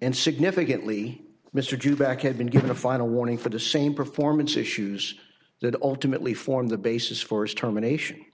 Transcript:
and significantly mr due back had been given a final warning for the same performance issues that ultimately form the basis for is terminations